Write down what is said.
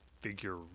figure